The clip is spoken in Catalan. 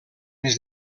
més